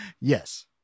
Yes